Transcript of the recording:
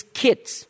kids